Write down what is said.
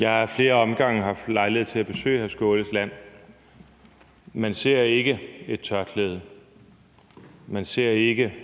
Jeg har ad flere omgange haft lejlighed til at besøge hr. Sjúrður Skaales land. Man ser ikke et tørklæde, man ser ikke